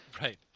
Right